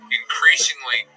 increasingly